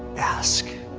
ask,